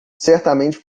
certamente